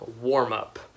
warm-up